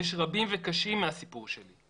יש רבים וקשים מהסיפור שלי.